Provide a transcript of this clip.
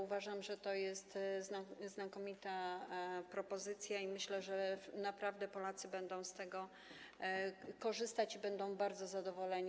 Uważam, że to jest znakomita propozycja, i myślę, że Polacy będą z tego korzystać i będą bardzo zadowoleni.